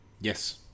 Yes